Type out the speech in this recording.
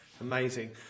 Amazing